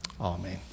Amen